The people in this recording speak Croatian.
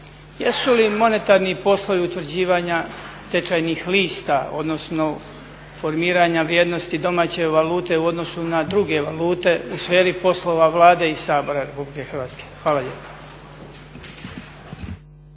jesu li monetarni poslovi utvrđivanja tečajnih lista odnosno formiranja vrijednosti domaće valute u odnosu na druge valute u sferi poslova Vlade i Sabora Republike Hrvatske? Hvala lijepo.